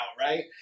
right